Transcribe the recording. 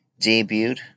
debuted